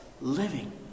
living